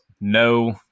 no